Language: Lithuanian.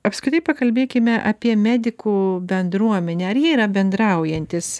apskritai pakalbėkime apie medikų bendruomenę ar jie yra bendraujantys